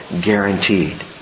Guaranteed